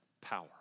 power